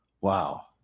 Wow